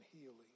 healing